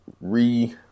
re